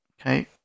Okay